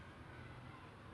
oh my god ah